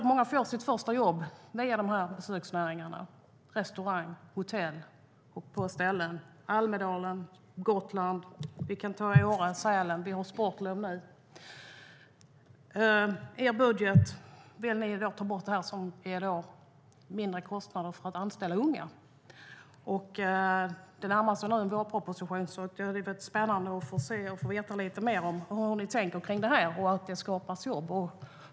Många får sitt första jobb via besöksnäringen - restauranger och hotell - på ställen som Almedalen på Gotland och, med tanke på sportlovet, Åre och Sälen. I er budget vill ni, Mattias Jonsson, ta bort det som är mindre kostnader för att anställa unga. Tiden för vårpropositionen närmar sig, och det skulle vara spännande att få veta lite mer om hur ni tänker om besöksnäringarna som skapar jobb.